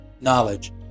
knowledge